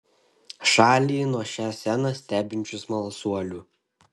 šalį nuo šią sceną stebinčių smalsuolių